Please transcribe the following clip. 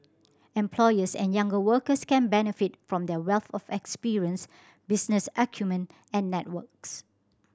employers and younger workers can benefit from their wealth of experience business acumen and networks